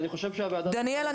אני חושב שהוועדה דניאל,